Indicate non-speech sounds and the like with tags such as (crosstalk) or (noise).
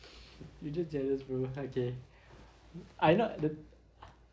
(noise) you're just jealous bro okay I'm not the